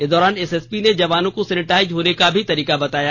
इस दौरान एसएसपी ने जवानों को सेनेटाइज होने का भी तरीका बताया